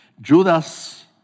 Judas